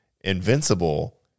Invincible